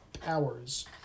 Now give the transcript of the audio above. powers